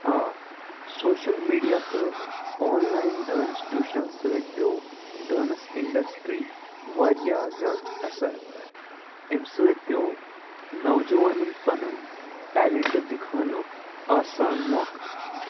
آ social media تہٕ online dance ٹیوٗشنَن سۭتۍ پیوٚو ڈانٕس اِنڈَسٹرٛی واریاہ زِیادٕ اَثَر امہِ سۭتۍ پیوٚو نَو جَوانَن پَنُن ٹیلٮ۪نٛٹ دِکھانُک آسان موقعہٕ